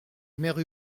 mère